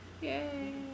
Yay